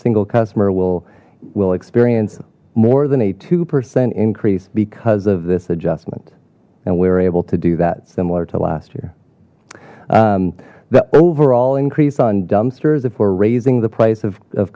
single customer will will experience more than a two percent increase because of this adjustment and we were able to do that similar to last year the overall increase on dumpsters if we're raising the price of